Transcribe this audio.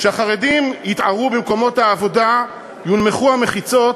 כשהחרדים יתערו במקומות העבודה, יונמכו המחיצות,